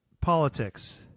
Politics